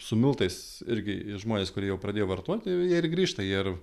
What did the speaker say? su miltais irgi žmonės kurie jau pradėjo vartoti jau jie ir grįžta jie ir